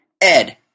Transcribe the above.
Ed